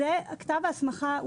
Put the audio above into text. זה כתב ההסמכה.